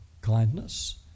kindness